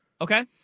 Okay